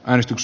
äänestys